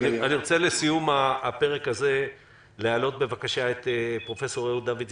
האם הוא צריך לקבל אחריות על האירוע תדונו אתם.